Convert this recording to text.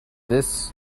this